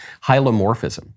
hylomorphism